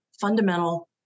fundamental